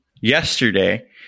yesterday